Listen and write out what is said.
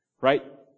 Right